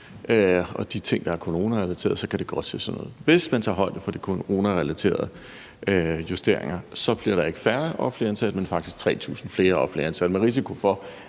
og de ting, der er coronarelaterede, så kan det godt se sådan ud. Hvis man tager højde for de coronarelaterede justeringer, bliver der ikke færre offentligt ansatte, men faktisk 3.000 flere offentligt ansatte. Med risiko for,